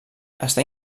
està